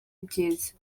ibyiza